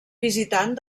visitant